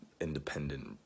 independent